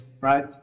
right